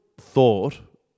thought